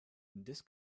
this